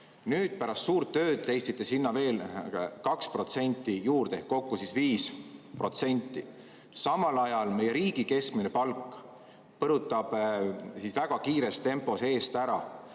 Nüüd, pärast suurt tööd, leidsite sinna veel 2% juurde ehk kokku 5%. Samal ajal meie riigi keskmine palk põrutab väga kiires tempos eest ära